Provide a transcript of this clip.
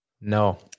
No